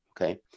okay